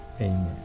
Amen